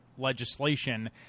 legislation